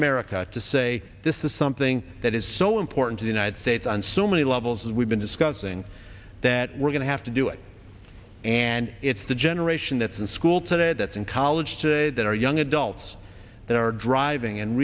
america to say this is something that is so important to the united states and so many levels we've been discussing that we're going to have to do it and it's the generation that's in school today that's in college today that are young adults that are driving and